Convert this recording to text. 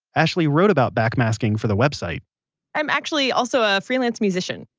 ashley wrote about backmasking for the website i'm actually also a freelance musician.